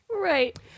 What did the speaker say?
Right